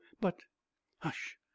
But-Hush